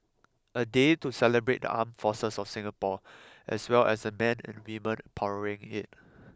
a day to celebrate the armed forces of Singapore as well as the men and women powering it